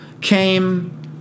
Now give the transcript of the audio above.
came